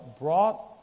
brought